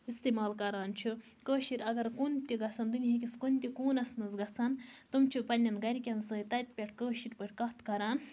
اِستعمال کران چھِ کٲشِر اَگر کُنہِ تہِ گژھن دُنہِکِس کُنہِ تہِ کوٗنَس منٛز گژھن تِم چھِ پَنٕنین گرِکین سۭتۍ تَتہِ پٮ۪ٹھ کٲشِر پٲٹھۍ کَتھ کران